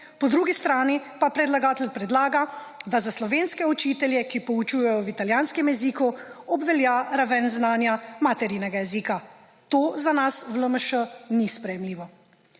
po drugi strani pa predlagatelj predlaga, da za slovenske učitelje, ki poučujejo v italijanskem jeziku, obvelja raven znanja maternega jezika. To za nas v LMŠ ni sprejemljivo.